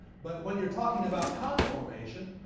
but when you're talking about conformation,